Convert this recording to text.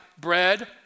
bread